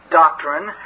doctrine